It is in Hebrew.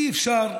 אי-אפשר,